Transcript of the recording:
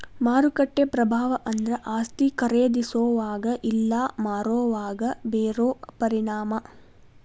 ಮಾರುಕಟ್ಟೆ ಪ್ರಭಾವ ಅಂದ್ರ ಆಸ್ತಿ ಖರೇದಿಸೋವಾಗ ಇಲ್ಲಾ ಮಾರೋವಾಗ ಬೇರೋ ಪರಿಣಾಮ